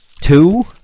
two